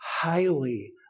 highly